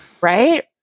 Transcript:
Right